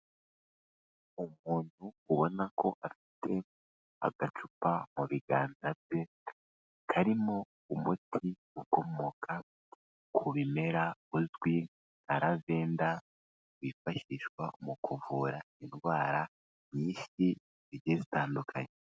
Umuntu ubona ko afite agacupa mu biganza bye, karimo umuti ukomoka ku bimera, uzwi nka Lavenda, wifashishwa mu kuvura indwara nyinshi zigiye zitandukanye.